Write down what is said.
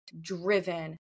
driven